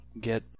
get